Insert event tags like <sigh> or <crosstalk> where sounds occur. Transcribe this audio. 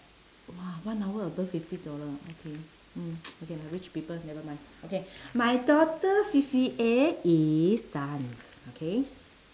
!wah! one hour above fifty dollar okay hmm <noise> okay lah rich people nevermind okay my daughter C_C_A is dance okay